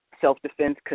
self-defense